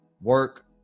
work